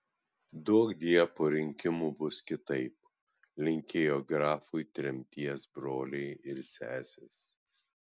duokdie po rinkimų bus kitaip linkėjo grafui tremties broliai ir sesės